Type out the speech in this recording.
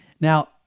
Now